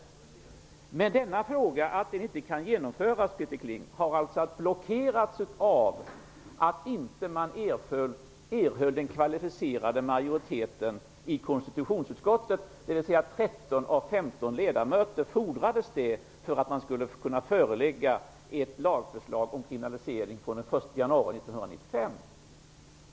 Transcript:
Men att detta inte kan genomföras beror på att frågan har blockerats av att man inte erhöll en kvalificerad majoritet i konstitutionsutskottet. Det fordrades alltså 13 av 15 ledamöters röster för att man skulle kunna förelägga ett lagförslag om kriminalisering från den 1 januari 1995.